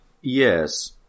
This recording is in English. Yes